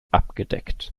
abgedeckt